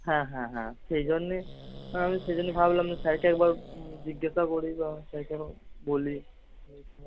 হ্যাঁ হ্যাঁ হ্যাঁ সেই জন্যেই আমি সেই জন্যেই ভাবলাম যে স্যারকে একবার জিজ্ঞাসা করি বা স্যারকে বলি